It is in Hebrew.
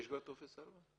יש כבר טופס ארבע?